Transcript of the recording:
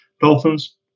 Dolphins